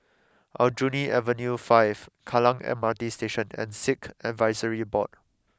Aljunied Avenue five Kallang M R T Station and Sikh Advisory Board